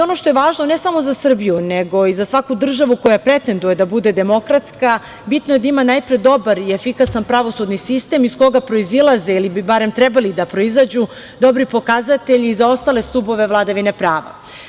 On što je važno ne samo za Srbiju, nego i za svaku državu koja pretenduje da bude demokratska, bitno je da ima najpre dobar i efikasan pravosudni sistem, iz koga proizilaze ili bi barem trebali da proizađu dobri pokazatelji i za ostale stubove vladavine prava.